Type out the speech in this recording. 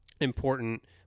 important